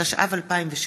התשע"ו 2016,